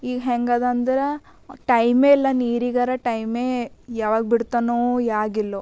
ಈಗ ಹೆಂಗದ ಅಂದ್ರೆ ಟೈಮೇ ಇಲ್ಲ ನೀರಿಗಾರ ಟೈಮೇ ಯಾವಾಗ ಬಿಡ್ತಾನೋ ಯಾವಾಗಿಲ್ಲೋ